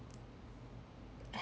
h~